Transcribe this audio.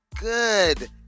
good